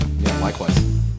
Likewise